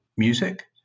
music